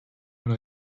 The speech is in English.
what